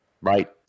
right